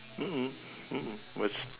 mm mm mm mm we're s~